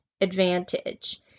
advantage